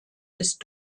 ist